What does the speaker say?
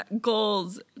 Goals